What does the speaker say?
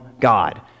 God